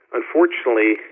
Unfortunately